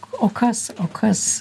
o kas o kas